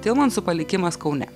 tilmansų palikimas kaune